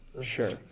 Sure